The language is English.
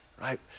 right